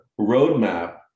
roadmap